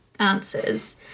answers